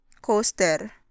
Coaster